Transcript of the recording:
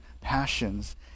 passions